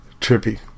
Trippy